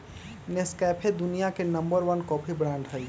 Nescafe दुनिया के number one coffee brand हई